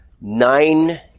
nine